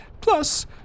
Plus